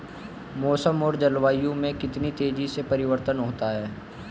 मौसम और जलवायु में कितनी तेजी से परिवर्तन होता है?